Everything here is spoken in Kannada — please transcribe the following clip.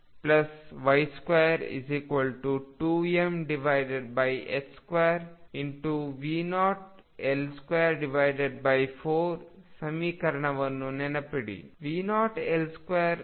ಆದ್ದರಿಂದ X2Y22m2 V0L24 ಸಮೀಕರಣವನ್ನು ನೆನಪಿಡಿ